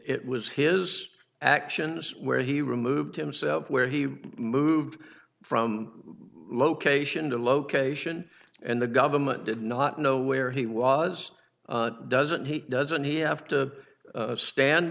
it was his actions where he removed himself where he moved from location to location and the government did not know where he was doesn't he doesn't he have to stand